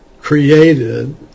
created